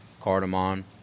cardamom